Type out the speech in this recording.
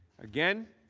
again,